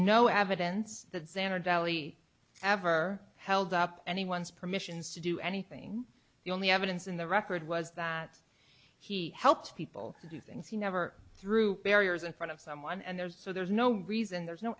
no evidence that sandra dally ever held up anyone's permissions to do anything the only evidence in the record was that he helped people to do things he never threw barriers in front of someone and there's so there's no reason there's no